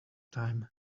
time